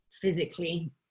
physically